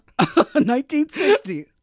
1960